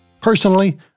Personally